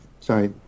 sorry